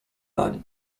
nań